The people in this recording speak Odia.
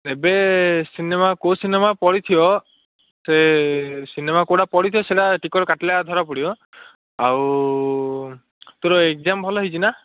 ଏବେ ସିନେମା କେଉଁ ସିନେମା ପଡ଼ିଥିବ ସେ ସିନେମା କେଉଁଟା ପଡ଼ିଥିବ ସେଇଟା ଟିକେଟ୍ କାଟିଲା ଧାରା ପଡ଼ିବ ଆଉ ତୋର ଏଗ୍ଜାମ୍ ଭଲ ହେଇଛି ନାଁ